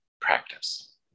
Practice